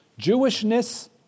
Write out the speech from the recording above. Jewishness